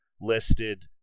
listed